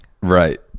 Right